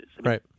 Right